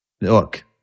look